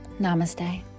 Namaste